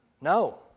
No